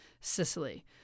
Sicily